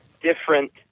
different